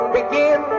begin